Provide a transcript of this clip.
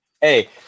Hey